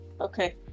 Okay